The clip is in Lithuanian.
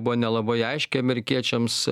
buvo nelabai aiškiai amerikiečiams